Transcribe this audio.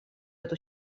эту